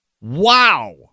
Wow